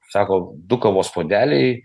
sako du kavos puodeliai